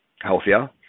Healthier